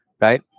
right